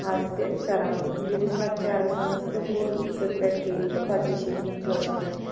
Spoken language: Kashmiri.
آز تہِ کَران ییٚلہِ أسۍ لَکچارَس منٛز سکوٗل ٹِرٛپ پٮ۪ٹھ گٔیے تہٕ پَتہٕ بیچھے تِمَن پوشَن منٛز